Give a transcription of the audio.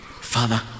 father